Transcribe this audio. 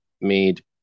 made